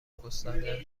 گسترده